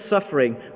suffering